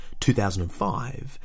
2005